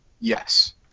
yes